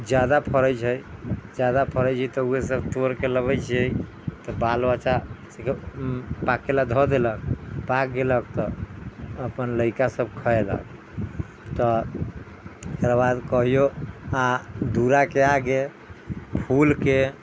जादा फरै छै जादा फरै छै तऽ उहे सब तोड़ के लबै छियै तऽ बाल बच्चा के पाकै लए धऽ देलक पाक गेलक तऽ अपना लैड़का सब खयलक तऽ एकर बाद कहियो दूरा के आगे फूल के